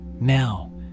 now